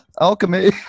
alchemy